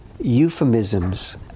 euphemisms